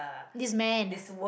this man